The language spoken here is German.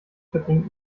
verbringt